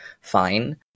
fine